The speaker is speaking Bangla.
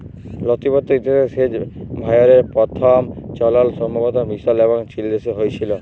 লতিবদ্ধ ইতিহাসে সেঁচ ভাঁয়রের পথম চলল সম্ভবত মিসর এবং চিলদেশে হঁয়েছিল